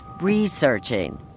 researching